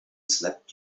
slept